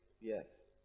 yes